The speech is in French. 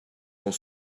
sont